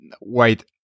Wait